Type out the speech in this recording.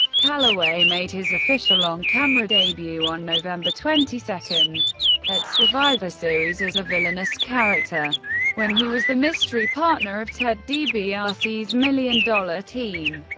calaway made his official on-camera debut on november twenty two at survivor series as a villainous character when he was the mystery partner of ted dibiase's million dollar team.